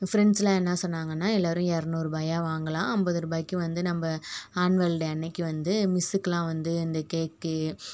ஃப்ரெண்ட்ஸெலாம் என்ன சொன்னாங்கன்னால் எல்லாேரும் இரநுாறு ரூபாய் வாங்கலாம் ஐம்பது ரூபாய்க்கு வந்து நம்ம ஆனுவல் டே அன்னிக்கி வந்து மிஸ்ஸுக்கெலாம் வந்து இந்த கேக்கு